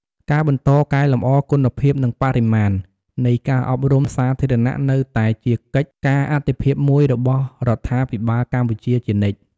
ការបន្ត កែលម្អគុណភាព និងបរិមាណ នៃការអប់រំសាធារណៈនៅតែជាកិច្ចការអាទិភាពមួយរបស់រដ្ឋាភិបាលកម្ពុជាជានិច្ច។